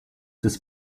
des